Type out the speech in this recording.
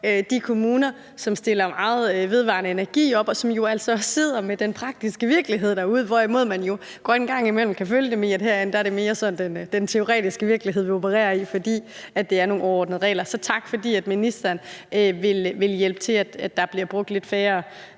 de kommuner, som stiller meget vedvarende energi op, og som jo altså sidder med den praktiske virkelighed derude, hvorimod man godt en gang imellem kan føle, at det herinde mere er sådan den teoretiske virkelighed, vi opererer i, fordi det er nogle overordnede regler. Så tak, fordi ministeren vil hjælpe til med, at der bliver brugt lidt færre